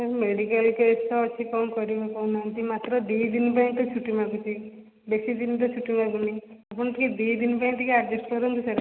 sir medical କେସଟା ଅଛି କଣ କରିବି କହୁନାହାନ୍ତି ମାତ୍ର ଦୁଇ ଦିନ ପାଇଁ ତ ଛୁଟି ମାଗୁଛି ବେଶି ଦିନ ତ ଛୁଟି ମାଗୁନି ଆପଣ ଟିକେ ଦୁଇ ଦିନ ପାଇଁ ଟିକେ ଆଡ଼ଜଷ୍ଟ କରନ୍ତୁ ସାର୍